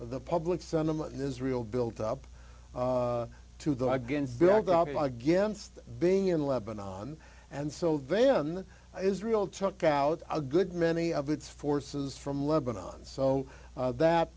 the public sentiment in israel built up to that again against being in lebannon and so then israel took out a good many of its forces from lebanon so that